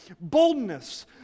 boldness